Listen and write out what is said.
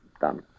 done